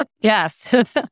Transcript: Yes